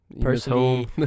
Personally